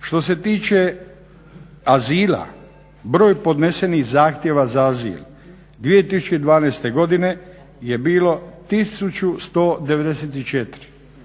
Što se tiče azila broj podnesenih zahtjeva za azil 2012. godine je bilo 1194,